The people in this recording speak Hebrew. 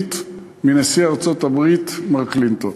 נשיאותית מנשיא ארצות-הברית, מר קלינטון.